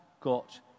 got